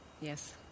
yes